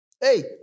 Hey